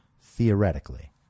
Theoretically